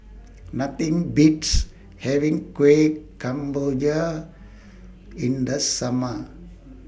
Nothing Beats having Kueh Kemboja in The Summer